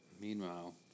Meanwhile